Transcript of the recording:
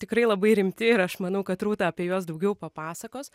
tikrai labai rimti ir aš manau kad rūta apie juos daugiau papasakos